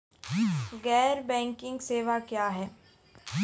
गैर बैंकिंग सेवा क्या हैं?